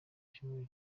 cyumweru